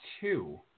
two